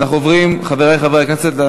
בעד, 39, אין מתנגדים, אין נמנעים.